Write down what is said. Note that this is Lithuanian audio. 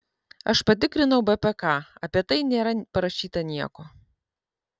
aš patikrinau bpk apie tai nėra parašyta nieko